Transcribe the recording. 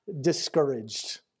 discouraged